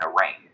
arrange